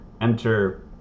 enter